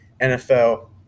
NFL